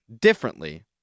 differently